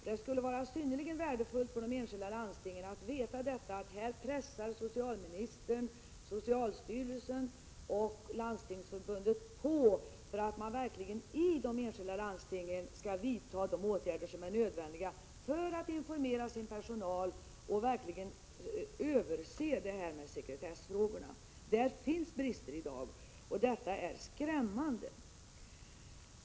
Det skulle vara synnerligen värdefullt för de enskilda landstingen att få veta att socialministern, socialstyrelsen och Landstingsförbundet här pressar på för att man verkligen i de enskilda landstingen skall vidta de åtgärder som är nödvändiga, informera sin personal och se över sekretessfrågorna. Där finns brister i dag, vilket är skrämmande.